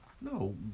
No